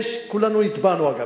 אגב, כולנו נתבענו.